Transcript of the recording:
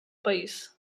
país